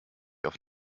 auf